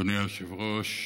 אדוני היושב-ראש,